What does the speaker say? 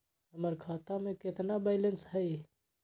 हमर खाता में केतना बैलेंस हई?